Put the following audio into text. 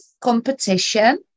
competition